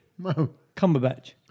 Cumberbatch